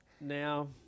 Now